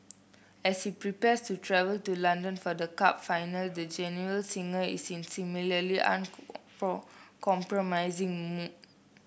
as he prepares to travel to London for the cup final the genial singer is in similarly compromising mood